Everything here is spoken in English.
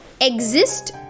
exist